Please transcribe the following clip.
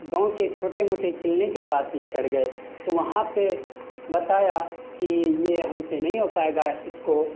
گاؤں کے چھوٹے موٹے کلینک کے پاس لے کر گئے تو وہاں پہ بتایا کہ یہ ہم سے نہیں ہو پائے گا اس کو